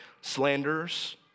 slanders